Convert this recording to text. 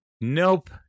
Nope